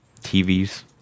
TVs